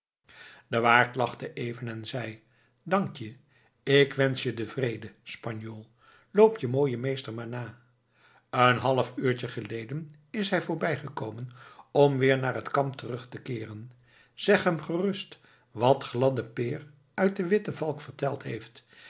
de waard lachte even en zei dank je ik wensch je den vrede spanjool loop je mooien meester maar na een half uurtje geleden is hij voorbijgekomen om weer naar het kamp terug te keeren zeg hem gerust wat gladde peer uit de witte valk verteld heeft